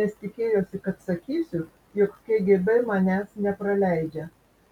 nes tikėjosi kad sakysiu jog kgb manęs nepraleidžia